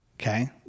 Okay